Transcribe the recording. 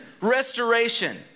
restoration